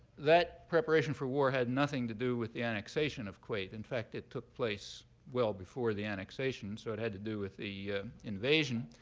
that preparation for war had nothing to do with the annexation of kuwait. in fact, it took place well before the annexation. so it had to do with the invasion.